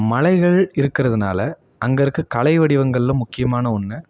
மலைகள் இருக்கறதுனால் அங்கே இருக்கற கலை வடிவங்களில் முக்கியமான ஒன்று